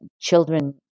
children